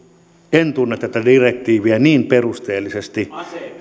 en tunne tätä direktiiviä niin perusteellisesti